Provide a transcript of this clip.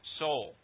soul